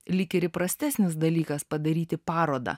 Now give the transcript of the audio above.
lyg ir įprastesnis dalykas padaryti parodą